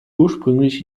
ursprünglich